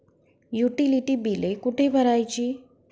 Utility बिले कुठे भरायची?